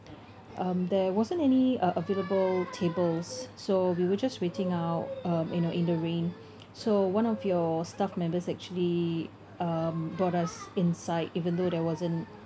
um there wasn't any uh available tables so we were just waiting out um you know in the rain so one of your staff members actually um brought us inside even though there wasn't